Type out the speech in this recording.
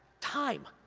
time,